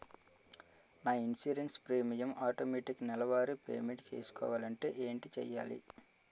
నా insurance premium automatic నెలవారి payment చేసుకోవాలంటే ఏంటి చేయాలి?